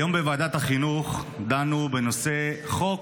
היום בוועדת החינוך דנו בחוק